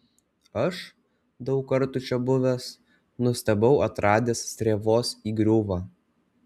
aš daug kartų čia buvęs nustebau atradęs strėvos įgriuvą